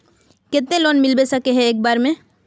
केते लोन मिलबे सके है एक बार में?